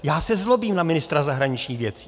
Já se zlobím na ministra zahraničních věcí.